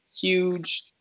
huge